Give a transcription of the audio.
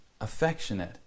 affectionate